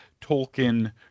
Tolkien